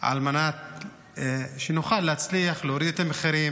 על מנת שנוכל להצליח להוריד את המחירים,